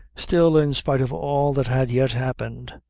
still, in spite of all that had yet happened,